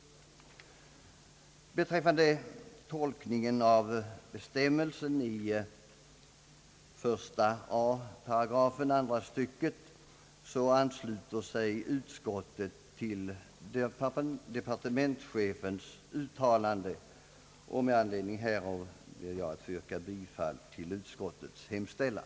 Beträffande tolkningen av bestämmelsen i 1 a § andra stycket ansluter sig utskottet till departementschefens uttalande. Med anledning härav ber jag att få yrka bifall till utskottets hemställan.